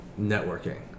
networking